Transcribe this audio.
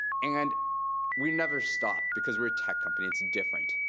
and we never stop because we're a tech company. it's different.